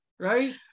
right